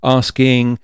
asking